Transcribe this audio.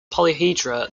polyhedra